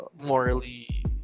morally